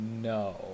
No